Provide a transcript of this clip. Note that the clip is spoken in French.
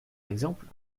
exemple